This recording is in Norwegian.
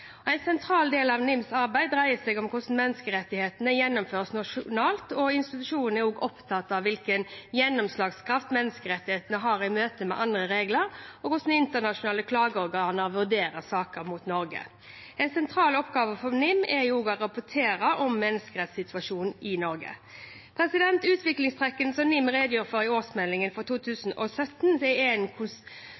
Norge. En sentral del av NIMs arbeid dreier seg om hvordan menneskerettighetene gjennomføres nasjonalt, og institusjonen er opptatt av hvilken gjennomslagskraft menneskerettighetene har i møte med andre regler, og hvordan internasjonale klageorganer vurderer saker mot Norge. En sentral oppgave for NIM er også å rapportere om menneskerettssituasjonen i Norge. Utviklingstrekkene som NIM redegjør for i årsmeldingen for